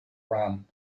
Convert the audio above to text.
run